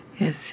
yes